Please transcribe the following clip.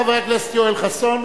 חבר הכנסת יואל חסון.